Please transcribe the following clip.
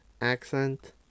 accent